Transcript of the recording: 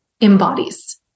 embodies